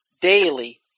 daily